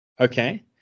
Okay